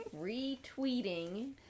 retweeting